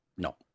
no